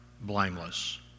blameless